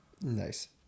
Nice